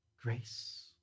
grace